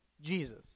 Jesus